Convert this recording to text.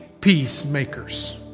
peacemakers